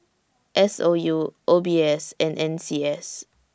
S O U O B S and N C S